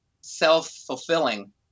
self-fulfilling